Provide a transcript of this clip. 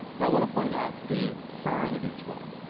now i wanna point out the sign of each one.